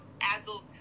adult